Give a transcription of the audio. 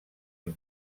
amb